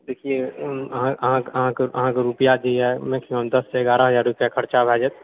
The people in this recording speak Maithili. देखिए अहाँकऽ अहाँकऽ अहाँकऽ रुपिआ जे यऽ ओहिमे दश सँ एगारह हजार खर्चा भए जाएत